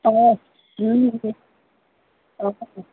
অঁ অঁ